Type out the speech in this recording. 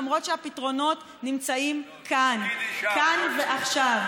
למרות שהפתרונות נמצאים כאן ועכשיו.